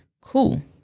Cool